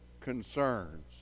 concerns